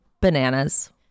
bananas